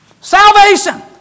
Salvation